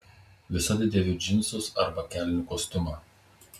visada dėviu džinsus arba kelnių kostiumą